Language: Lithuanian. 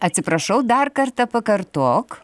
atsiprašau dar kartą pakartok